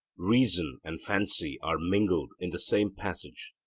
reason and fancy are mingled in the same passage.